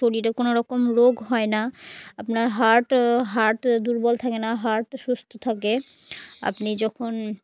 শরীরে কোনো রকম রোগ হয় না আপনার হার্ট হার্ট দুর্বল থাকে না হার্ট সুস্থ থাকে আপনি যখন